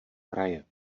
kraje